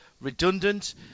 redundant